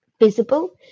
visible